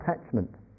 attachment